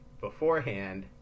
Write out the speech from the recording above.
beforehand